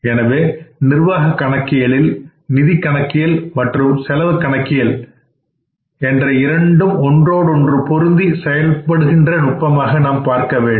எனவே நிர்வாக கணக்கியலில் நிதி கணக்கியல் செலவு கணக்கியல் இரண்டும் ஒன்றோடொன்று பொருந்தி செயல்படுகின்ற நுட்பமாகப் பார்க்க வேண்டும்